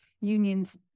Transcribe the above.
unions